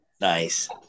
Nice